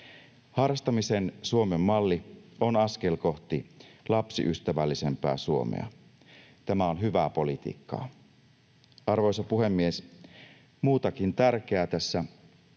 Harrastamisen Suomen malli on askel kohti lapsiystävällisempää Suomea. Tämä on hyvää politiikkaa. Arvoisa puhemies! Muutakin tärkeää tässä